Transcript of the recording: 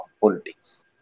politics